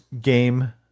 game